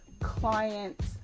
clients